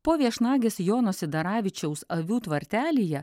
po viešnagės jono sidaravičiaus avių tvartelyje